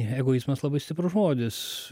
egoizmas labai stiprus žodis